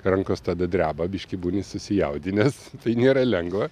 rankos tada dreba biškį būni susijaudinęs tai nėra lengva